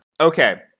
Okay